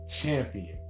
champion